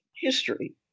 history